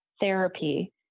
therapy